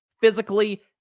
physically